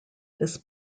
this